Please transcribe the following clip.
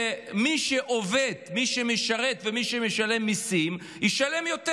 מי שעובד, מי שמשרת ומי שמשלם מיסים, ישלם יותר.